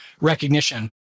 recognition